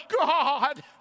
God